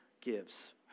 gives